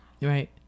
Right